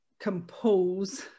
compose